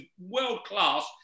world-class